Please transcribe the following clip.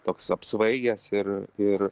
toks apsvaigęs ir ir